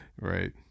Right